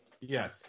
Yes